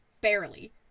barely